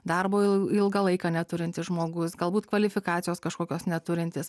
darbo ilgą laiką neturintis žmogus galbūt kvalifikacijos kažkokios neturintis